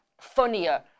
funnier